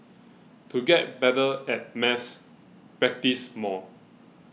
to get better at maths practise more